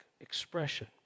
expression